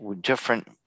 different